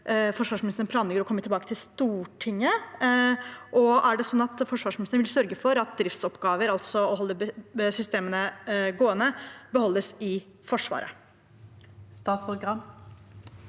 forsvarsministeren planlegger å komme tilbake til Stortinget. Er det slik at forsvarsministeren vil sørge for at driftsoppgaver, altså å holde systemene gående, beholdes i Forsvaret?